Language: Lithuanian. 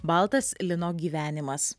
baltas lino gyvenimas